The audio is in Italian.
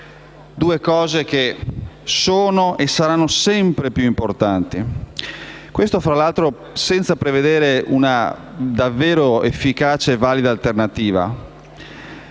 due cose che sono e saranno sempre più importanti. Questo, tra l'altro, senza prevedere un'alternativa davvero efficace e valida. A riprova